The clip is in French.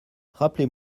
rappelez